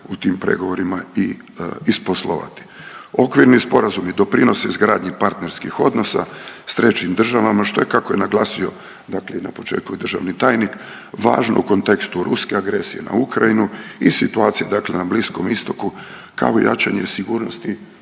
u tim pregovorima isposlovati. Okvirni sporazumi doprinose izgradnji partnerskih odnosa s trećim državama što je kako je i naglasio i na početku državni tajnik, važno u kontekstu ruske agresije na Ukrajinu i situacije na Bliskom Istoku kao i jačanje sigurnosti